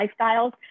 lifestyles